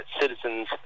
citizens